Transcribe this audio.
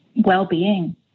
well-being